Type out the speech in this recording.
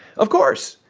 of course!